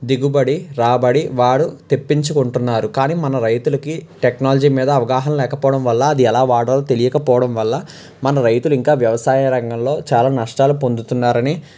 దిగుబడి రాబడి వారు తెప్పించుకుంటున్నారు కానీ మన రైతులకి టెక్నాలజీ మీద అవగాహన లేకపోవడం వల్ల అది ఎలా వాడాలో తెలియక పోవడం వల్ల మన రైతులు ఇంకా వ్యవసాయ రంగంలో చాలా నష్టాలు పొందుతున్నారని